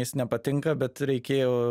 jis nepatinka bet reikėjo